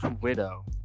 widow